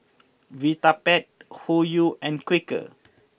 Vitapet Hoyu and Quaker